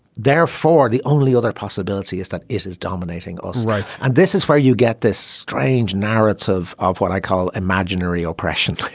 therefore the only other possibility is that it is dominating us right and this is where you get this strange narrative of what i call imaginary oppression.